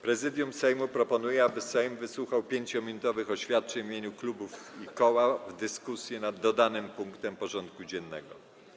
Prezydium Sejmu proponuje, aby Sejm wysłuchał 5-minutowych oświadczeń w imieniu klubów i koła w dyskusji nad dodanym punktem porządku dziennego.